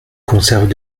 conservent